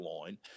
line